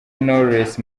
knowless